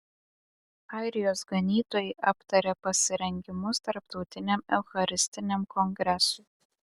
airijos ganytojai aptarė pasirengimus tarptautiniam eucharistiniam kongresui